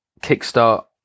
kickstart